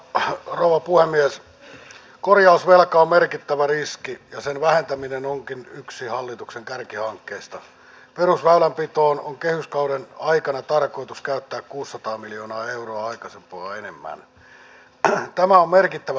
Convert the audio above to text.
ilmavoimien lentotunnit ja niihin liittyvä kenttähenkilöstön ja ilmavoimien muun henkilöstön koulutus on saavuttanut vaadittavan tason ja myös merellä tapahtuvat kertausharjoitukset alusvuorokausilla mitattuna on palautettu hyvälle tasolle